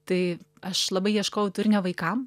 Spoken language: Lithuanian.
tai aš labai ieškojau turinio vaikam